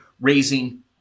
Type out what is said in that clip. raising